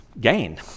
Gain